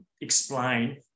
explain